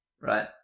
right